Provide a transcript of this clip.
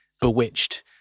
bewitched